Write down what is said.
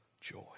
joy